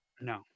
No